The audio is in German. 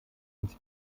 uns